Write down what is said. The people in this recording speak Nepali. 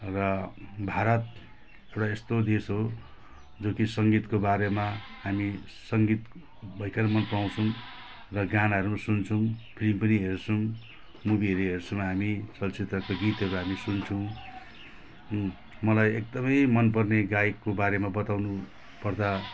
र भारत एउटा यस्तो देश हो जो कि सङ्गीतको बारेमा हामी सङ्गीत भयङ्कर मनपराउँछौँ र गानाहरू पनि सुन्छौँ फिल्म पनि हेर्छौँ मुभीहरू हेर्छौँ हामी चलचित्रको गीतहरू हामी सुन्छौँ मलाई एकदमै मनपर्ने गायकको बारेमा बताउनुपर्दा